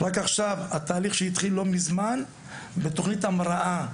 רק עכשיו התהליך שהתחיל לא מזמן בתוכנית המראה,